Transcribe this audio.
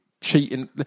cheating